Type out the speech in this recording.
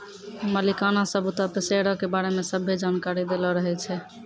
मलिकाना सबूतो पे शेयरो के बारै मे सभ्भे जानकारी दैलो रहै छै